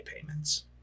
payments